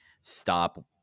stop